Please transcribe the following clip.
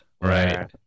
right